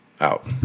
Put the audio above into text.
Out